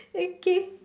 okay